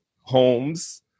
homes